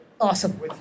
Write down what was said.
Awesome